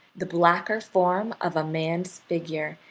the blacker form of a man's figure,